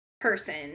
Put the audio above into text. person